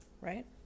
right